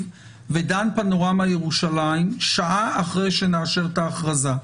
ודן פנורמה ירושלים שעה אחרי שנאשר את ההכרזה.